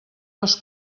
les